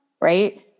right